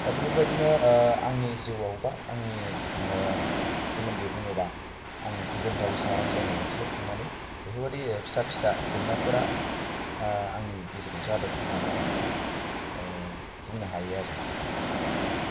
दा बेफोर बायदिनो आंनि जिउआव बा आंनि सोमोन्दै बुङोब्ला आं गुबुन रावसा रायज्लायनाय ओनसोलाव थांनानै बेफोरबायदि फिसा फिसा जेंनाफोरा आंनि गेजेराव जादों होननानै आं बेखौ बुंनो हायो आरो बेखिनि